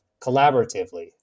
collaboratively